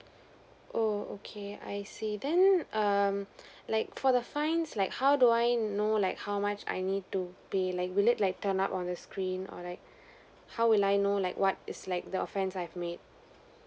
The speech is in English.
oh okay I see then hmm like for the fines like how do I know like how much I need to pay like will it like turn up on the screen or like how will I know like what is like the offence I've made